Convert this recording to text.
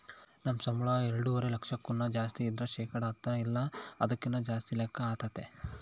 ನಮ್ ಸಂಬುಳ ಎಲ್ಡುವರೆ ಲಕ್ಷಕ್ಕುನ್ನ ಜಾಸ್ತಿ ಇದ್ರ ಶೇಕಡ ಹತ್ತನ ಇಲ್ಲ ಅದಕ್ಕಿನ್ನ ಜಾಸ್ತಿ ಲೆಕ್ಕ ಆತತೆ